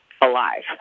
alive